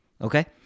okay